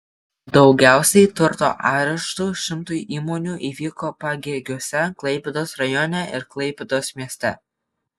daugiausiai turto areštų šimtui įmonių įvyko pagėgiuose klaipėdos rajone ir klaipėdos mieste